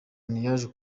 rubyiniro